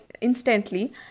instantly